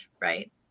right